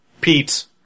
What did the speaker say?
Pete